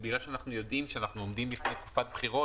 בגלל שאנחנו יודעים שאנחנו עומדים בפני תקופת בחירות,